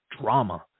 drama